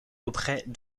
auprès